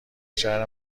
شهر